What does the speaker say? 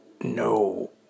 No